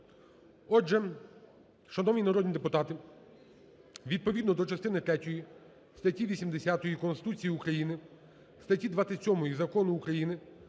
Шановні народні депутати, відповідно до частини третьої статті 80 Конституції України, статті 27 Закону України